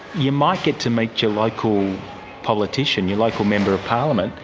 you might get to meet your local politician, your local member of parliament.